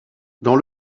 dans